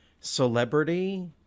celebrity